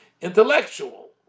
intellectual